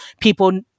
people